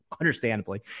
understandably